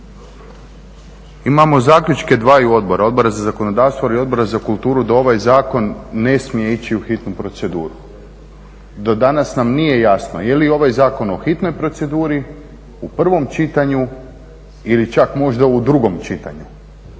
Imamo zaključke dvaju Odbora, Odbora za zakonodavstvo i Odbora za kulturu da ovaj Zakon ne smije ići u hitnu proceduru. Do danas nam nije jasno je li ovaj zakon o hitnoj proceduri u prvom čitanju ili čak možda u drugom čitanju.